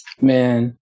Man